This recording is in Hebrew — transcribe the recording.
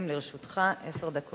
בבקשה, חבר הכנסת גנאים, לרשותך עשר דקות.